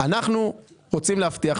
אנחנו רוצים להבטיח,